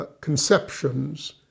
conceptions